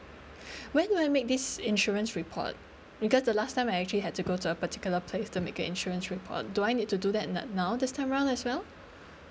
where do I make this insurance report because the last time I actually had to go to a particular place to make a insurance report do I need to do that n~ now this time round as well